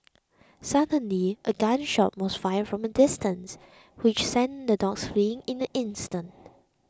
suddenly a gun shot was fired from a distance which sent the dogs fleeing in an instant